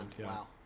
wow